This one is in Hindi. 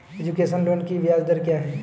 एजुकेशन लोन की ब्याज दर क्या है?